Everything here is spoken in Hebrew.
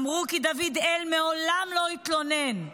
אמרו כי דוד-אל מעולם לא התלונן.